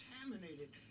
contaminated